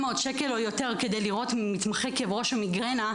שקל או יותר כדי לראות מתמחה כאב ראש או מיגרנה,